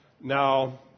Now